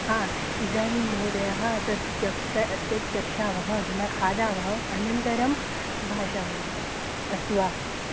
हा इदानीं महोदयः तत् त्यक्त तत् त्यक्षावः अधुना खादावः अनन्तरं भाषावहे अस्तु वा